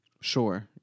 Sure